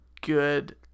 good